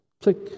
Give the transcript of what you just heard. click